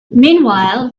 meanwhile